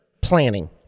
planning